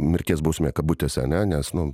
mirties bausme kabutėse ane nes nu